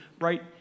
right